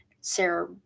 Sarah